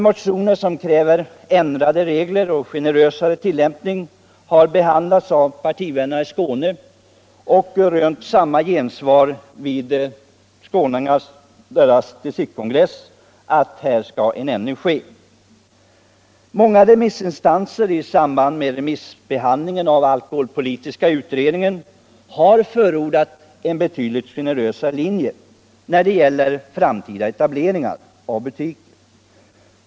Motioner som kräver ändrade regler och generösare tillämpning vid etablering av systembutiker har behandlats av partivännerna i Skåne och rönt gensvar vid deras distriktskongress för en betydligt generösare tilllämpning vid framtida etableringar av systembutiker. Många remissinstanser har i samband med remissbehandlingen av al koholpolitiska utredningens betänkande förordat en betydligt generösare linje när det gäller framtida etableringar av butiker.